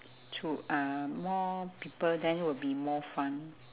to uh more people then will be more fun